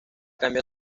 cambia